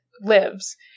lives